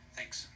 Thanks